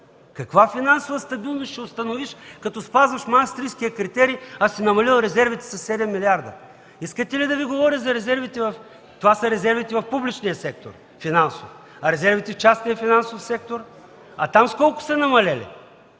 Каква финансова стабилност ще установиш, като спазваш Маастрихтския критерий, а си намалил резервите със 7 милиарда? Искате ли да Ви говоря за резервите? Това са резервите в публичния финансов сектор. А резервите в частния финансов сектор? Там с колко са намалели?